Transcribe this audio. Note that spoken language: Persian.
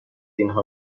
اینها